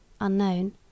unknown